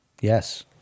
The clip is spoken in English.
Yes